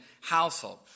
household